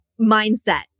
mindset